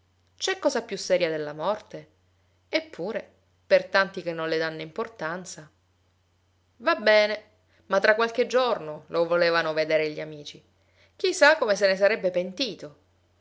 c'è cosa più seria della morte eppure per tanti che non le danno importanza va bene ma tra qualche giorno lo volevano vedere gli amici chi sa come se ne sarebbe pentito